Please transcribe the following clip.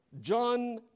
John